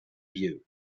you